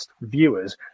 viewers